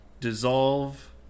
dissolve